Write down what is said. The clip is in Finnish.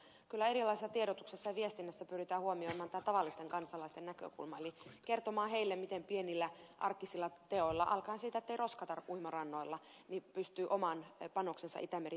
kyllä erilaisessa tiedotuksessa ja viestinnässä pyritään huomioimaan tämä tavallisten kansalaisten näkökulma eli kertomaan heille miten pienillä arkisilla teoilla alkaen siitä ettei roskata uimarannoilla pystyy oman panoksensa itämeri työhön tuomaan